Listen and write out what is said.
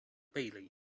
bailey